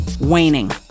waning